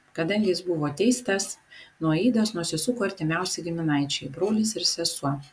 kadangi jis buvo teistas nuo aidos nusisuko artimiausi giminaičiai brolis ir sesuo